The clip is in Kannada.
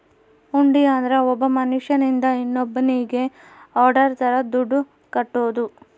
ಹುಂಡಿ ಅಂದ್ರ ಒಬ್ಬ ಮನ್ಶ್ಯನಿಂದ ಇನ್ನೋನ್ನಿಗೆ ಆರ್ಡರ್ ತರ ದುಡ್ಡು ಕಟ್ಟೋದು